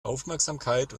aufmerksamkeit